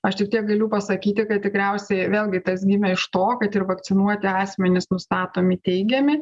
aš tik tiek galiu pasakyti kad tikriausiai vėlgi tas gimė iš to kad ir vakcinuoti asmenys nustatomi teigiami